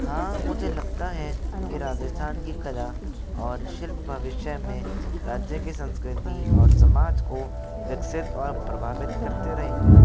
हाँ मुझे लगता है कि राजस्थान की कला और शिल्प भविष्य में राज्य की संस्कृति और समाज को विकसित और प्रभावित करते रहेंगे